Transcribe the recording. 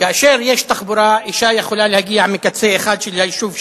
כאשר יש תחבורה אשה יכולה להגיע מקצה אחד של היישוב,